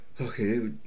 Okay